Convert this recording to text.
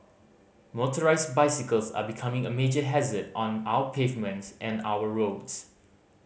motorised bicycles are becoming a major hazard on our pavements and our roads